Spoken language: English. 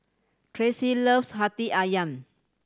Tracy loves Hati Ayam